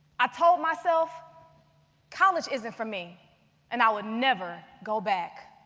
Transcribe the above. i told myself college isn't for me and i would never go back.